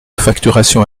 facturation